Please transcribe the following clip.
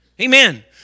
Amen